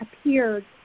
appeared